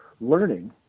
learning